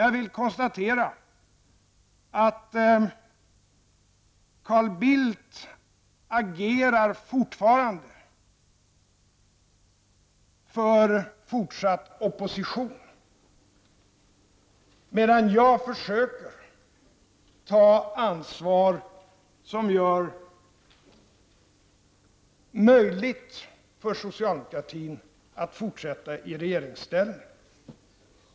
Jag vill dock konstatera att Carl Bildt fortfarande agerar för fortsatt opposition, medan jag försöker ta ett ansvar som gör det möjligt för socialdemokratin att fortsätta i regeringsställning.